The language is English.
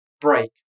break